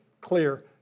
clear